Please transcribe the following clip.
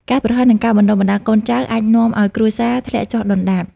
ការប្រហែសនឹងការបណ្ដុះបណ្ដាលកូនចៅ អាចនាំឱ្យគ្រួសារធ្លាក់ចុះដុនដាប។